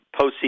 postseason